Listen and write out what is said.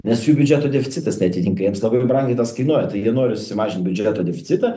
nes jų biudžeto deficitas neatitinka jiems labai brangiai tas kainuoja tai jie nori sumažint biudžeto deficitą